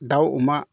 दाउ अमा